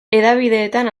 hedabideetan